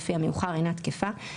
לפי המאוחר - אינה תקפה,